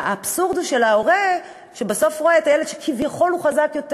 האבסורד הוא שההורה בסוף רואה את הילד שכביכול הוא חזק יותר,